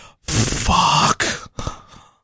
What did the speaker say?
fuck